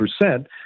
percent